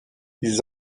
ils